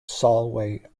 solway